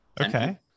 okay